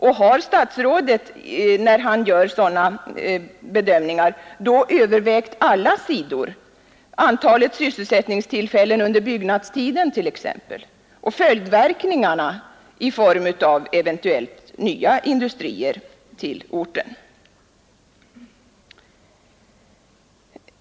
Och har statsrådet när han gör sådana bedömningar då övervägt alla sidor, t.ex. antalet sysselsättningstillfällen under byggnadstiden eller följdverkningarna i form av eventuellt nya industrier till orten?